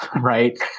right